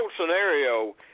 scenario